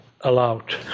allowed